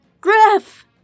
GRIFF